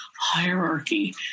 hierarchy